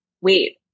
wait